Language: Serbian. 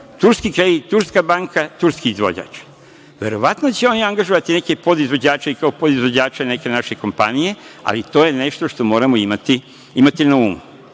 Turski kredit, turska banka, turski izvođač. Verovatno će oni angažovati neke podizvođače i kao podizvođače neke naše kompanije, ali to je nešto što moramo imati na